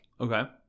Okay